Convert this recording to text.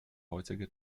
heutige